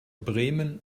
bremen